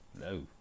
no